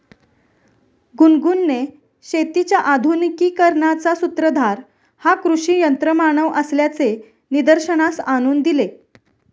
गुनगुनने शेतीच्या आधुनिकीकरणाचा सूत्रधार हा कृषी यंत्रमानव असल्याचे निदर्शनास आणून दिले